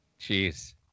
Jeez